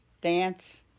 dance